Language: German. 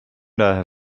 daher